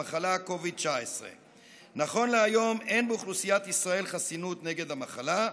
COVID-19. נכון להיום אין באוכלוסיית ישראל חסינות נגד המחלה,